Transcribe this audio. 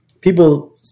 people